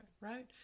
right